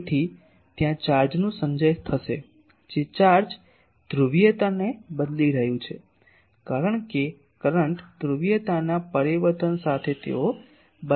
તેથી ત્યાં ચાર્જનું સંચય થશે જે ચાર્જ ધ્રુવીયતાને બદલી રહ્યું છે કારણ કે કરંટ ધ્રુવીયતાના પરિવર્તન સાથે તેઓ બદલાશે